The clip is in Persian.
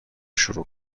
شروع